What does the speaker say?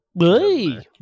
Hey